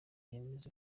yemeze